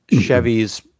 Chevy's